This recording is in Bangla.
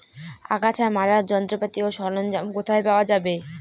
আগাছা মারার যন্ত্রপাতি ও সরঞ্জাম কোথায় পাওয়া যাবে?